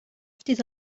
ftit